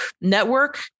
network